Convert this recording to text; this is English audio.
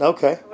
Okay